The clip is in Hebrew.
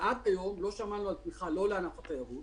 ועד היום לא שמענו על תמיכה לא לענף התיירות,